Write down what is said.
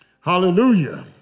Hallelujah